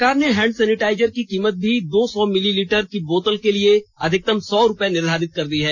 सरकार ने hand sanitiser की कीमत भी दो सौ मिली लीटर की बोतल के लिए अधिकतम सौ रुपये निर्धारित कर दी है